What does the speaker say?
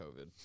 COVID